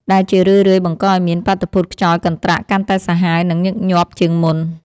ដែលជារឿយៗបង្កឱ្យមានបាតុភូតខ្យល់កន្ត្រាក់កាន់តែសាហាវ និងញឹកញាប់ជាងមុន។